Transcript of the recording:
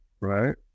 right